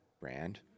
brand